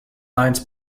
binds